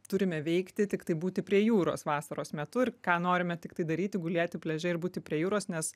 turime veikti tiktai būti prie jūros vasaros metu ir ką norime tik tai daryti gulėti pliaže ir būti prie jūros nes